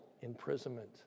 imprisonment